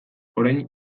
orain